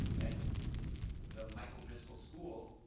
at the michael driscoll school,